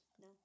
No